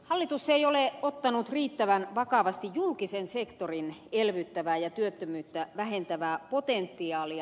hallitus ei ole ottanut riittävän vakavasti julkisen sektorin elvyttävää ja työttömyyttä vähentävää potentiaalia